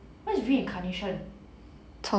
what's reincarnation